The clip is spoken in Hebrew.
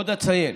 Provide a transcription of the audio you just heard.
עוד אציין